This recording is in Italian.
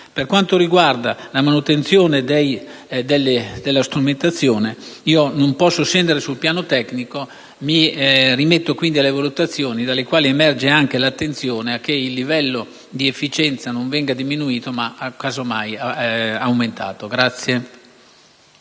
Per quanto riguarda la manutenzione della strumentazione, non posso scendere sul piano tecnico: mi rimetto, quindi, alle sue valutazioni, dalle quali emerge anche l'attenzione a che il livello di efficienza non venga diminuito, ma aumentato.